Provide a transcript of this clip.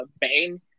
Bane